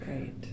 Right